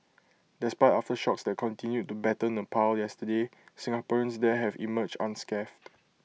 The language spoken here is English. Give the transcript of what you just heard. despite aftershocks that continued to batter Nepal yesterday Singaporeans there have emerged unscathed